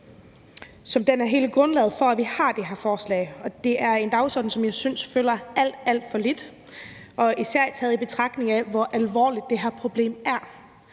danner hele grundlaget for, at vi har det her forslag. Det er en dagsorden, som jeg synes fylder alt, alt for lidt, især taget i betragtning af hvor alvorligt det her problem er.